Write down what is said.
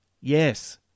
Yes